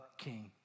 king